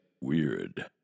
weird